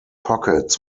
pockets